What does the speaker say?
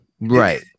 Right